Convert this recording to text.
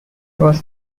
was